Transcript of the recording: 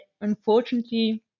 unfortunately